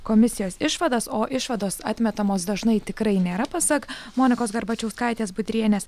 komisijos išvadas o išvados atmetamos dažnai tikrai nėra pasak monikos garbačiauskaitės budrienės